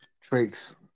traits